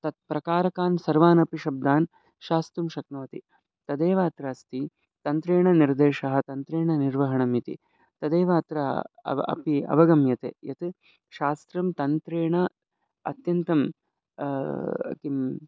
तत् प्रकारकान् सर्वानपि शब्दान् शास्तुं शक्नोति तदेव अत्र अस्ति तन्त्रेण निर्देशः तन्त्रेण निर्वहणम् इति तदेव अत्र अव अपि अवगम्यते यत् शास्त्रं तन्त्रेण अत्यन्तं किम्